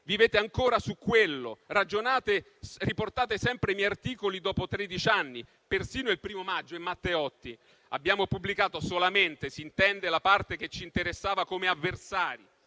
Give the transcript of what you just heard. Vivete ancora su quello. Riportate sempre i miei articoli dopo dieci anni. Persino il 1° maggio!». E Matteotti: «Abbiamo pubblicato solamente, si intende, la parte che ci interessava come avversari